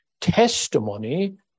testimony